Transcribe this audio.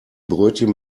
brötchen